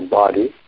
body